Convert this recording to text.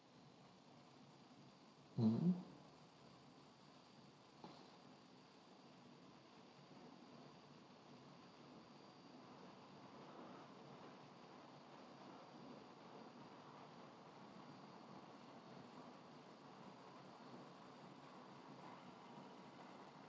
mmhmm